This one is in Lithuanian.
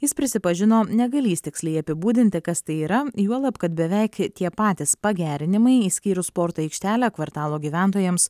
jis prisipažino negalįs tiksliai apibūdinti kas tai yra juolab kad beveik tie patys pagerinimai išskyrus sporto aikštelę kvartalo gyventojams